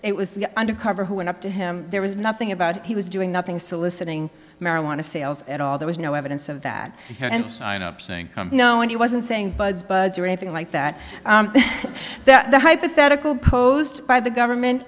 it was the undercover who went up to him there was nothing about he was doing nothing soliciting marijuana sales at all there was no evidence of that and sign up saying no and he wasn't saying bugs bugs or anything like that that the hypothetical posed by the government